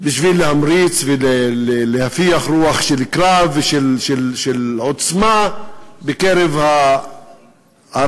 בשביל להמריץ ולהפיח רוח של קרב ושל עוצמה בקרב הערבים,